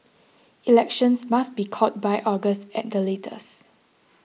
elections must be called by August at the latest